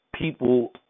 People